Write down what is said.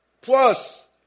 Plus